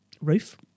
roof